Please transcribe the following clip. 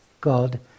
God